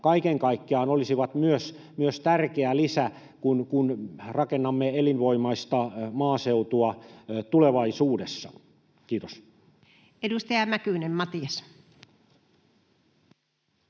kaiken kaikkiaan myös tärkeä lisä, kun rakennamme elinvoimaista maaseutua tulevaisuudessa? — Kiitos. [Speech 50] Speaker: